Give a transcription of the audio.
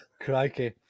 crikey